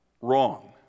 wrong